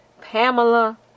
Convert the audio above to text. pamela